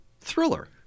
thriller